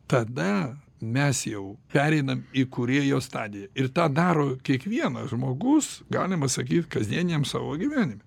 tada mes jau pereinam į kūrėjo stadiją ir tą daro kiekvienas žmogus galima sakyt kasdieniniam savo gyvenime